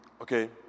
okay